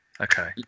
okay